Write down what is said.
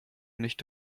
nicht